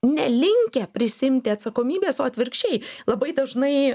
nelinkę prisiimti atsakomybės o atvirkščiai labai dažnai